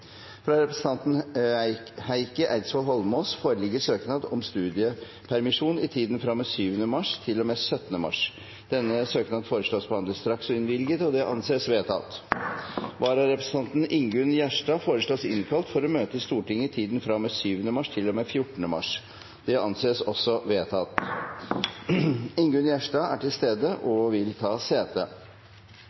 Fra representanten Heikki Eidsvoll Holmås foreligger søknad om studiepermisjon i tiden fra og med 7. mars til og med 17. mars. Etter forslag fra presidenten ble enstemmig besluttet: Søknaden behandles straks og innvilges. Vararepresentanten, Ingunn Gjerstad , innkalles for å møte i Stortinget i tiden fra og med 7. mars til og med 14. mars. Ingunn Gjerstad er til stede og vil ta sete.